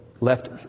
left